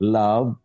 love